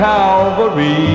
Calvary